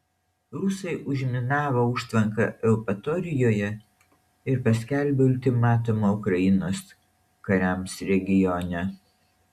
rusai užminavo užtvanką eupatorijoje ir paskelbė ultimatumą ukrainos kariams regione